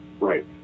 right